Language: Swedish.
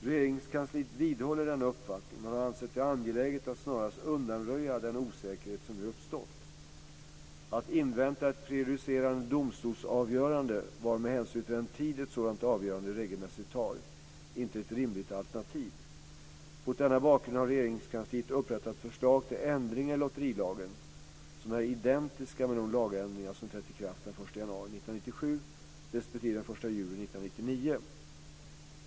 Regeringskansliet vidhåller denna uppfattning men har ansett det angeläget att snarast undanröja den osäkerhet som nu uppstått. Att invänta ett prejudicerande domstolsavgörande var, med hänsyn till den tid ett sådant avgörande regelmässigt tar, inte ett rimligt alternativ. Mot denna bakgrund har Regeringskansliet upprättat förslag till ändringar i lotterilagen som är identiska med de lagändringar som trätt i kraft den 1 januari 1997 respektive den 1 juli 1999.